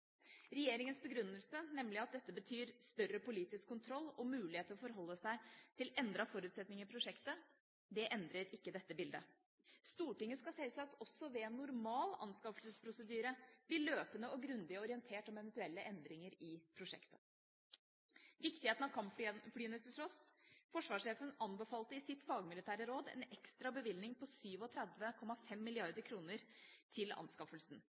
Regjeringas begrunnelse, nemlig at dette betyr større politisk kontroll og mulighet til å forholde seg til endrede forutsetninger i prosjektet, endrer ikke dette bildet. Stortinget skal sjølsagt også ved en normal anskaffelsesprosedyre bli løpende og grundig orientert om eventuelle endringer i prosjektet. Viktigheten av kampflyene til tross – forsvarssjefen anbefalte i sitt fagmilitære råd en ekstra bevilgning på 37,5 mrd. kr til anskaffelsen.